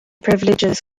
privileges